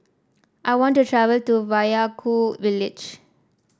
I want to travel to Vaiaku village